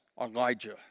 Elijah